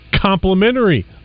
complimentary